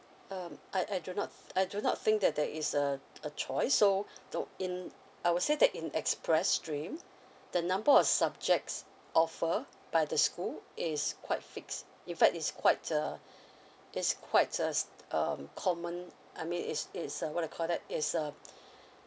um I I do not I do not think that there is a a choice so no in I would say that in express stream the number of subjects offer by the school is quite fixed in fact is quite uh it's quite uh um common I mean it's is a what you call that is uh